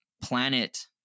planet